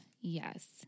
Yes